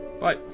Bye